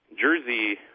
jersey